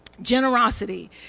generosity